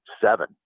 seven